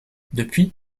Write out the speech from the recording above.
depuis